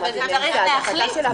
אבל צריך להחליט.